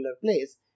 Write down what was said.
place